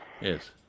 Yes